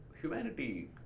humanity